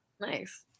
Nice